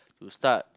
to start